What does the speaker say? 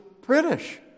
British